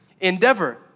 endeavor